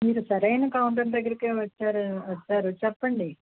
మీరు సరైన కౌంటర్ దగ్గరకే వచ్చారు వచ్చారు చెప్పండి